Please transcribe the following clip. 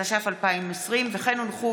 התש"ף 2020. כמו כן הונחו